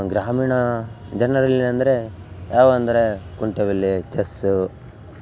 ಗ್ರಾಮೀಣ ಜನರಲ್ಲಿ ಅಂದರೆ ಯಾವ ಅಂದರೆ ಕುಂಟೆಬಿಲ್ಲೆ ಚೆಸ್ಸೂ